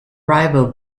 rival